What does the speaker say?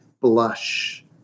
blush